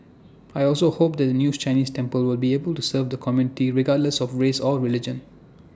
I also hope that the news Chinese temple will be able to serve the community regardless of race or religion